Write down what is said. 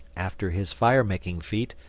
after his fire-making feat,